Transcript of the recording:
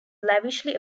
lavishly